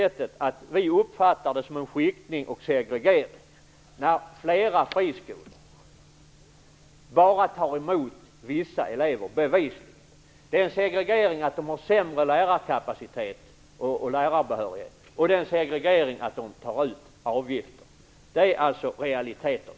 Vi uppfattar det som en skiktning och segregering att flera friskolor bevisligen bara tar emot vissa elever. Det är en segregering att de har sämre lärarkapacitet och lärarbehörighet, och det är en segregering att ta ut avgifter. Detta är alltså realiteter.